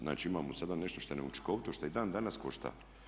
Znači imamo sada nešto što je neučinkovito, što i dan danas košta.